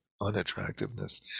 Unattractiveness